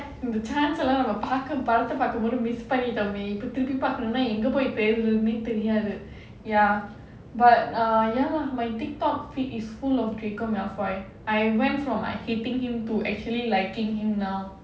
இந்த:intha chance லாம் நாம படத்தை பார்க்கும்போது:laam naama padathai paarkumpothu miss பண்ணிட்டோமே இப்போ திருப்பி பார்க்கனும்னா எங்க போய் தேடருதுனு தெரியாது:pannitomae ippo thirupi paarkanumnaa enga poi thedruthunu theriyaadhu ya but ya lah my TikTok feed is full of draco malfoy I went from hating him to actually liking him now